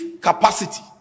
capacity